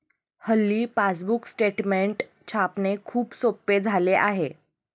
हल्ली passbook statement छापणे खूप सोपे झाले आहे